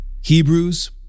Hebrews